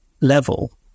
level